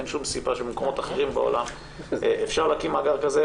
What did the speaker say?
אין שום סיבה שבמקומות אחרים בעולם אפשר להקים מאגר כזה.